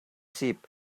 sheep